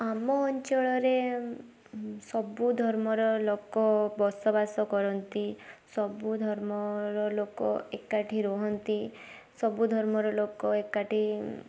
ଆମ ଅଞ୍ଚଳରେ ସବୁ ଧର୍ମର ଲୋକ ବସବାସ କରନ୍ତି ସବୁ ଧର୍ମର ଲୋକ ଏକାଠି ରୁହନ୍ତି ସବୁ ଧର୍ମର ଲୋକ ଏକାଠି